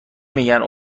میگن